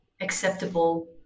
acceptable